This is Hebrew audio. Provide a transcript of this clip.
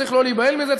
צריך לא להיבהל מזה,